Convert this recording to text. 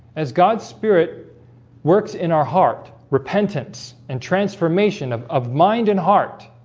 as god's spirit works in our heart repentance and transformation of of mind and heart